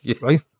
right